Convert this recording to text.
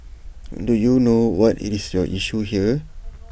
do you know what IT is your issue here